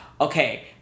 Okay